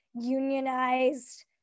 unionized